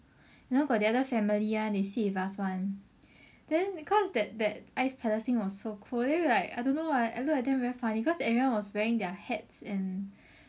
you know got the other family one they sit with us one then cause that that ice palace thing was so cold then we were like I don't know what I look at them very funny cause everyone was wearing their hats and